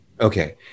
Okay